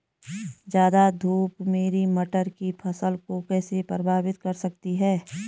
ज़्यादा धूप मेरी मटर की फसल को कैसे प्रभावित कर सकती है?